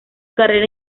carrera